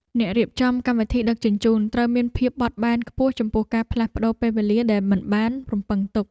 អ្នករៀបចំកម្មវិធីដឹកជញ្ជូនត្រូវមានភាពបត់បែនខ្ពស់ចំពោះការផ្លាស់ប្តូរពេលវេលាដែលមិនបានរំពឹងទុក។